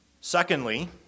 Secondly